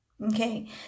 okay